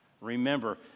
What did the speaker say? remember